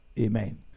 Amen